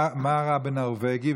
מה רע בנורבגי,